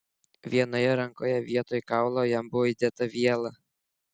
vienoje rankoje vietoj kaulo jam buvo įdėta viela